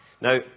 Now